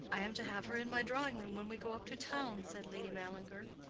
i am to have her in my drawing-room when we go up to town, said lady mallinger.